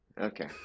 Okay